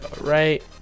right